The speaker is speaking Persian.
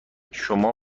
شما